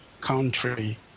country